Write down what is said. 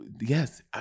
yes